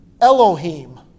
Elohim